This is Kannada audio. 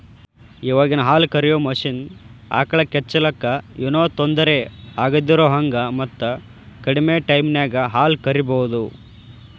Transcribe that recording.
ಇವಾಗಿನ ಹಾಲ ಕರಿಯೋ ಮಷೇನ್ ಆಕಳ ಕೆಚ್ಚಲಕ್ಕ ಏನೋ ತೊಂದರೆ ಆಗದಿರೋಹಂಗ ಮತ್ತ ಕಡಿಮೆ ಟೈಮಿನ್ಯಾಗ ಹಾಲ್ ಕರಿಬಹುದು